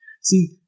See